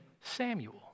Samuel